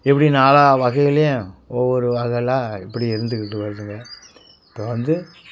இப்படி நாலா வகையிலேயும் ஒவ்வொரு வகையில் இப்படி இருந்துக்கிட்டு வருதுங்க இப்போது வந்து